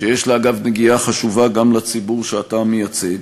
שיש לה, אגב, נגיעה חשובה גם לציבור שאתה מייצג.